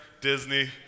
Disney